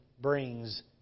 brings